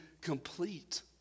complete